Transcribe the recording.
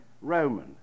Roman